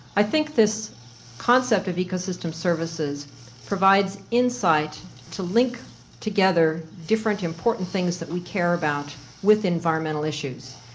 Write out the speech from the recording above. i think this concept of ecosystem services provides insight to link together different important things that we care about with environmental issues,